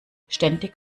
ständig